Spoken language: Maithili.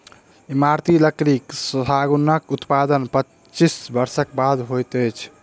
इमारती लकड़ी सागौनक उत्पादन पच्चीस वर्षक बाद होइत अछि